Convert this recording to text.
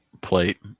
plate